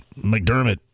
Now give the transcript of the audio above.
McDermott